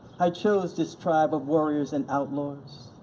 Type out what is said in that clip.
i chose this tribe of warriors and outlaws.